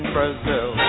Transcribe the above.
Brazil